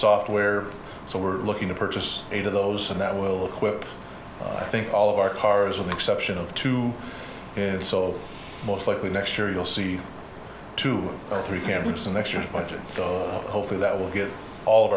software so we're looking to purchase eight of those and that will quip i think all of our cars with the exception of two so most likely next year you'll see two or three cameras and next year's budget so hopefully that will get all of